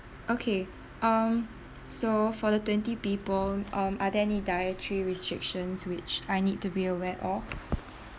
okay um so for the twenty people um are there any dietary restrictions which I need to be aware of